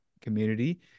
community